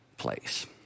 place